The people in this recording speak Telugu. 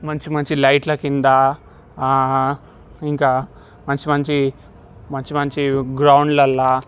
మంచి మంచి లైట్ల క్రింద ఇంకా మంచి మంచి మంచి మంచీ గ్రౌండ్లలో